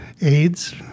AIDS